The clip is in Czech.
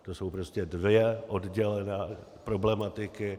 To jsou prostě dvě oddělané problematiky.